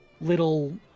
little